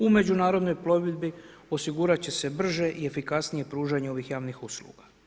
U međunarodnoj plovidbi osigurati će se brže i efikasnije pružanje ovih javnih usluga.